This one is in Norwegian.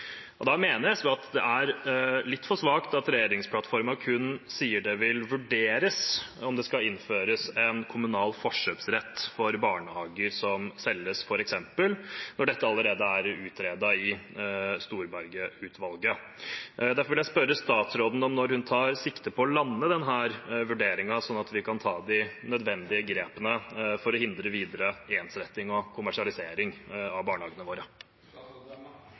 Da mener SV at det er litt for svakt at regjeringsplattformen f.eks. kun sier at det vil vurderes om det skal innføres en kommunal forkjøpsrett for barnehager som selges, når dette allerede er utredet av Storberget-utvalget. Derfor vil jeg spørre statsråden om når hun tar sikte på å lande denne vurderingen, sånn at vi kan ta de nødvendige grepene for å hindre videre ensretting og kommersialisering av barnehagene våre.